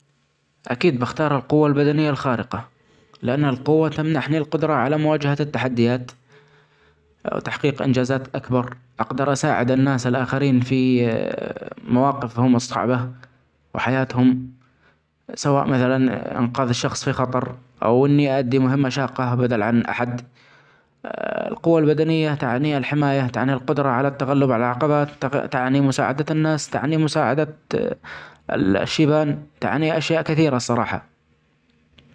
أكيد بختار القوة البدنية الخارقة لأن القوة تمنحني القدرة علي مواجهه التحديات ، وتحقيق إنجازات أكبر أجدرأساعد الناس الآخرين في موافقهم الصعبة وحياتهم ، سواء مثلا إنقاذ الشخص في خطر أو إني أأدي مهمة شاقة بدلا عن أحد القوة البدنية تعني الحماية تعني القدرة علي التغلب علي العقبات، تعني مساعدة الناس ، تعني مساعدة ال-الشيبان ، تعني اشياء كثيرة الصراحة.